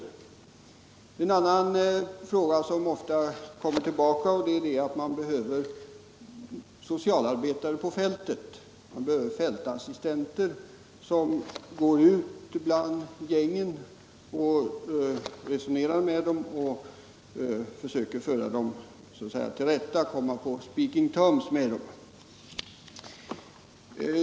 Det andra som ofta kommer tillbaka är att man behöver socialarbetare på fältet, fältassistenter, som går ut bland gängen, resonerar med dem och försöker så att säga föra dem till rätta, komma på speaking terms med dem.